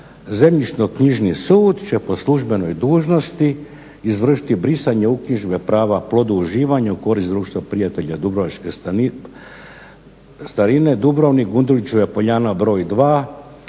Zemljišno-knjižni sud će po službenoj dužnosti izvršiti brisanje uknjižbe prava produživanja u korist Društva prijatelja dubrovačke starine, Dubrovnik, Gundulićeva poljana br. 2.